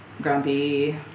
grumpy